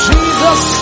Jesus